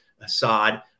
Assad